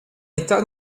état